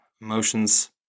emotions